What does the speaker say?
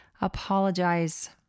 Apologize